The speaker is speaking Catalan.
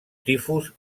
tifus